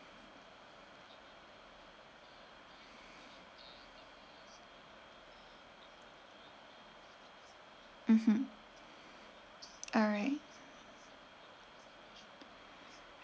mmhmm alright